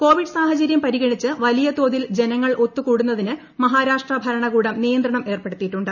Covid സാഹചര്യം പരിഗണിച്ച് വ്ലിയതോതിൽ ജനങ്ങൾ ഒത്തു കൂടുന്നതിന് മഹാരാഷ്ട്ര ്ഭരണകൂടം നിയന്ത്രണം ഏർപ്പെടുത്തിയിട്ടുണ്ട്